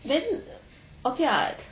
then okay [what]